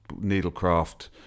needlecraft